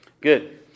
good